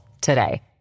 today